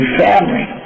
family